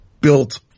built –